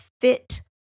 fit